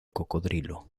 cocodrilo